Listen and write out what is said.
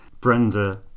Brenda